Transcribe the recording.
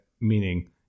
meaning